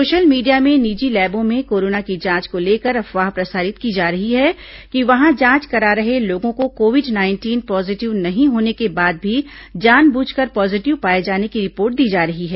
social media में निजी लैबों में कोरोना की जांच को लेकर अफवाह प्रसारित की जा रही है कि वहां जांच करा रहे लोगों को कोविड नाइंटिन पॉजिटिव नहीं होने के बाद भी जान बूझकर पॉजिटिव पाए जाने की रिपोर्ट दी जा रही है